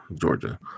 Georgia